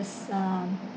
is um